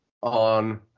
on